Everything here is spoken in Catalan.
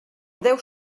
deu